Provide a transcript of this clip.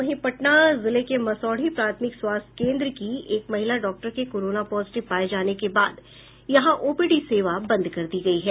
वहीं पटना जिले के मसौढ़ी प्राथमिक स्वास्थ्य केन्द्र की एक महिला डॉक्टर के कोरोना पॉजिटिव पाये जाने के बाद यहां ओपीडी सेवा बंद कर दी गयी है